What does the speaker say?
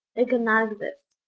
they could not exist.